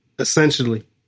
essentially